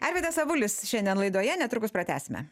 arvydas avulis šiandien laidoje netrukus pratęsime